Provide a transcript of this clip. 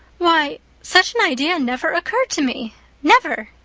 why, such an idea never occurred to me never!